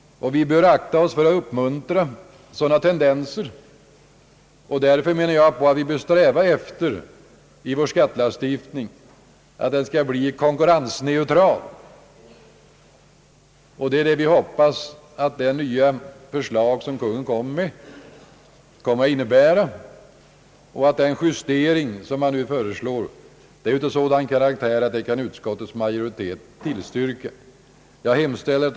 Vi bör akta oss för att uppmuntra sådana tendenser. Därför menar jag att vi bör sträva efter att vår skattelagstiftning skall bli konkurrensneutral. Jag hoppas att regeringens nya förslag kommer att medföra detta. Den justering som föreslagits har sådan karaktär att utskottets majoritet kan tillstyrka den. Herr talman!